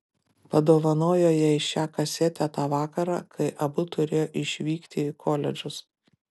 padovanojo jai šią kasetę tą vakarą kai abu turėjo išvykti į koledžus